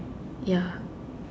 ya